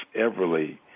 Everly